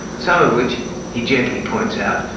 some of which he gently points out,